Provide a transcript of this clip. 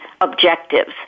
objectives